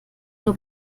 nur